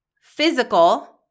physical